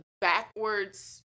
backwards